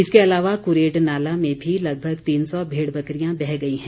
इसके अलावा क्रेड नाला में भी लगभग तीन सौ भेड बकरियां बह गई हैं